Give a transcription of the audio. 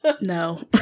No